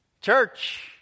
Church